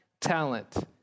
talent